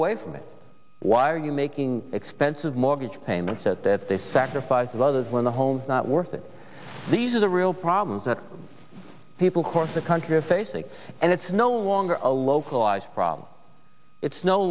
away from it why are you making expensive mortgage payments at that they sacrifice of others when the home is not worth it these are the real problems that people course the country are facing and it's no longer a localized problem it's no